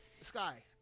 Sky